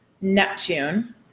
Neptune